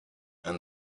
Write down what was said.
and